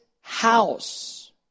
house